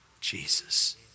Jesus